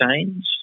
change